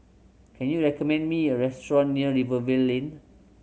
can you recommend me a restaurant near Rivervale Lane